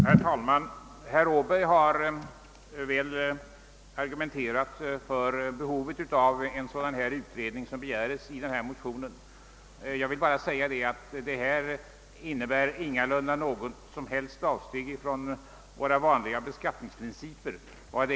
Herr talman! Herr Åberg har väl argumenterat för behovet av den utredning som begärs i motionen. Förslaget om särskilt skatteavdrag innebär inte något som helst avsteg från våra vanliga beskattningsprinciper.